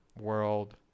world